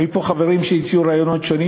היו פה חברים שהציעו רעיונות שונים,